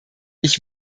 ich